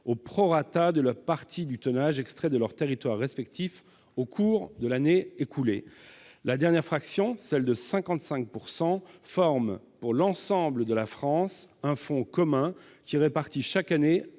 intéressées de la partie du tonnage extraite de leurs territoires respectifs au cours de l'année écoulée. La dernière fraction, celle de 55 %, forme, pour l'ensemble de la France, un fonds commun qui est réparti chaque année